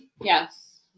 Yes